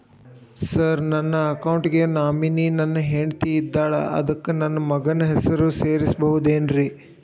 Sir ನನ್ನ account ಗೆ nominee ನನ್ನ ಹೆಂಡ್ತಿ ಇದ್ದಾಳ ಅದಕ್ಕ ನನ್ನ ಮಗನ ಹೆಸರು ಸೇರಸಬಹುದೇನ್ರಿ?